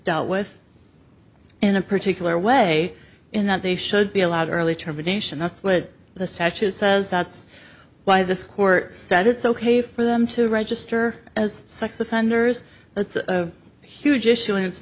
dealt with in a particular way in that they should be allowed early termination that's what the statute says that's why this court said it's ok for them to register as sex offenders it's a huge issue and it's